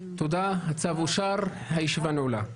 הצבעה בעד, 6 אושר תודה, הצו אושר, הישיבה נעולה.